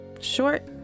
Short